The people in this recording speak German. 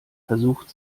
versucht